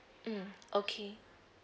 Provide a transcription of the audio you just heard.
mm okay